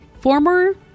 Former